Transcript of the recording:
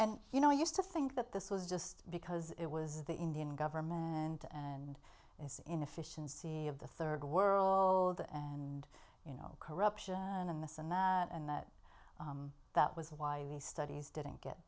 and you know used to think that this was just because it was the indian government and this inefficiency of the third world and you know corruption and this and that and that that was why the studies didn't get